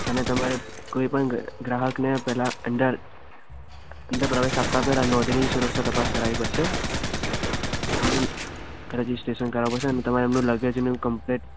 અને તમારે કોઈપણ ગ્ર ગ્રાહકને પહેલાં અંદર અંદર પ્રવેશ આપતા પહેલાં નોંધણી સુરક્ષા તપાસ કરાવવી પડશે એમનું રજિસ્ટ્રેશન કરાવવું પડશે અને તમારે એમનું લગેજ ને એવું કોમ્પલેટ